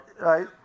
Right